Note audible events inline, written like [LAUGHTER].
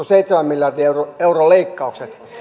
[UNINTELLIGIBLE] seitsemän miljardin euron leikkaukset